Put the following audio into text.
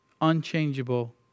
unchangeable